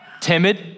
timid